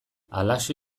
halaxe